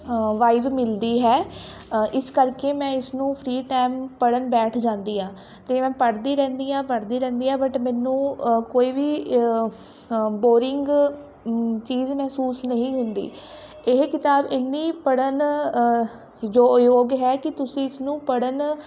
vibe ਮਿਲਦੀ ਹੈ ਇਸ ਕਰਕੇ ਮੈਂ ਇਸਨੂੰ ਫਰੀ ਟਾਈਮ ਪੜ੍ਹਨ ਬੈਠ ਜਾਂਦੀ ਹਾਂ ਅਤੇ ਮੈਂ ਪੜ੍ਹਦੀ ਰਹਿੰਦੀ ਹਾਂ ਪੜ੍ਹਦੀ ਰਹਿੰਦੀ ਹਾਂ ਬਟ ਮੈਨੂੰ ਕੋਈ ਵੀ ਬੋਰਿੰਗ ਚੀਜ਼ ਮਹਿਸੂਸ ਨਹੀਂ ਹੁੰਦੀ ਇਹ ਕਿਤਾਬ ਇੰਨੀ ਪੜ੍ਹਨ ਜੋ ਯੋਗ ਹੈ ਕੀ ਤੁਸੀਂ ਇਸਨੂੰ ਪੜ੍ਹਨ